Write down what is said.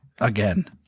again